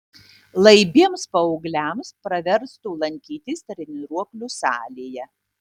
laibiems paaugliams praverstų lankytis treniruoklių salėje